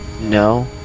No